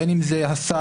בין אם זה השר,